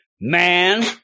man